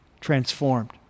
transformed